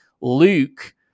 Luke